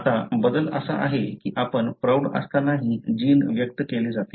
आता बदल असा आहे की आपण प्रौढ असतानाही जीन व्यक्त केले जाते